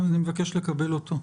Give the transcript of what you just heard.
אני מבקש לקבל אותו.